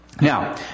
Now